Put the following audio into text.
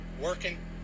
working